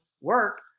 work